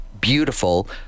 beautiful